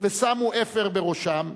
ושמו אפר על ראשם,